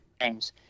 games